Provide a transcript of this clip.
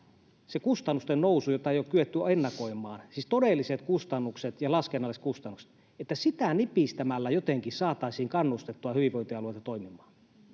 se kustannusten nousu, jota ei ole kyetty ennakoimaan, siis todelliset kustannukset ja laskennalliset kustannukset — että sitä nipistämällä jotenkin saataisiin kannustettua hyvinvointialueita toimimaan.